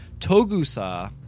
Togusa